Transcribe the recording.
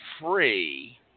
free